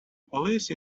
police